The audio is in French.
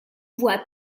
voie